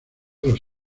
los